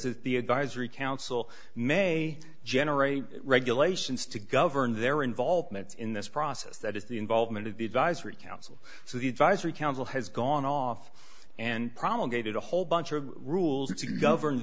that the advisory council may generate regulations to govern their involvement in this process that is the involvement of the advisory council so the advisory council has gone off and probably gave it a whole bunch of rules to govern